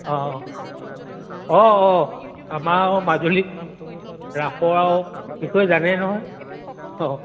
অঁ অঁ অঁ আমাৰ আৰু মাজুলীত ৰাসৰ আৰু বিষয়ে জানেই নহয় অঁ